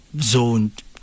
zoned